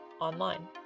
online